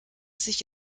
sich